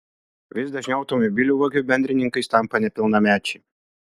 vis dažniau automobilių vagių bendrininkais tampa nepilnamečiai